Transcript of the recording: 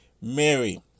Mary